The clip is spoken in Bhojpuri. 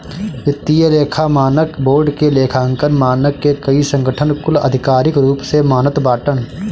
वित्तीय लेखा मानक बोर्ड के लेखांकन मानक के कई संगठन कुल आधिकारिक रूप से मानत बाटन